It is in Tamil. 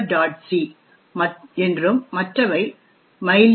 c என்றும் மற்றவை mylib